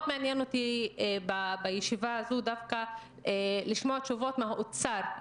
מאוד מעניין אותי בישיבה הזו דווקא לשמוע תשובות מהאוצר.